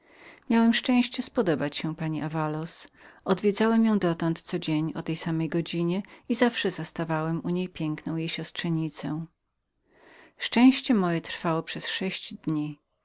miałem szczęście podobania się pani davaloz wracałem do niej następnych dni o tej samej godzinie i zawsze zastawałem u niej piękną jej siostrzenicę szczęście moje trwało przez sześć dni